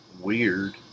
weird